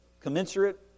commensurate